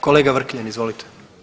Kolega Vrkljan, izvolite.